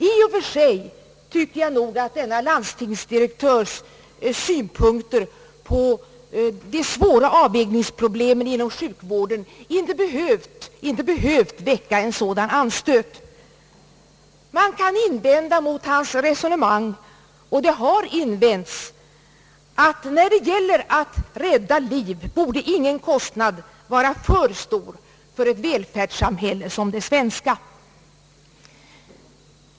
I och för sig tycker jag nog att denna landstingsdirektörs synpunkter på dessa svåra avvägningsproblem inom sjukvården inte hade behövt väcka en sådan anstöt. Man kan invända mot hans resonemang — och det har invänts — att när det gäller att rädda liv borde ingen kostnad vara för stor för ett välfärdssamhälle som det svenska.